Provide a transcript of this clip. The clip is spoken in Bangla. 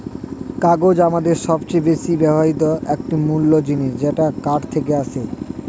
কাগজ আমাদের সবচেয়ে বেশি ব্যবহৃত একটি মূল জিনিস যেটা কাঠ থেকে আসে